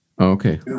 Okay